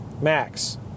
max